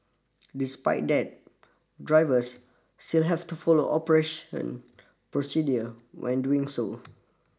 despite that drivers still have to follow operation procedure when doing so